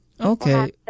Okay